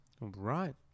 Right